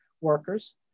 workers